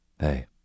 Hey